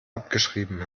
abgeschrieben